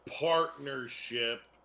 partnership